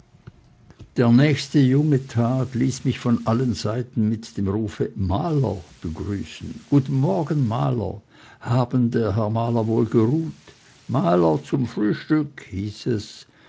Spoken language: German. der nächste junge tag ließ mich von allen seiten mit dem rufe maler begrüßen guten morgen maler haben der herr maler wohl geruht maler zum frühstück hieß es